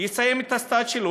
יסיים את הסטאז' שלו,